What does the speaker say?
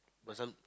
but some